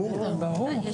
יש